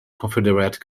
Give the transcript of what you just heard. confederate